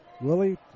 Willie